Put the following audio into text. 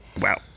Wow